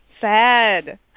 Sad